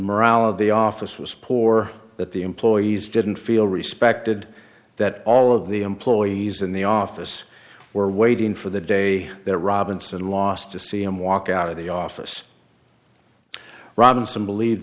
morale of the office was poor that the employees didn't feel respected that all of the employees in the office were waiting for the day that robinson lost to see him walk out of the office robinson believe